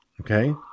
Okay